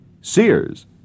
Sears